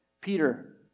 Peter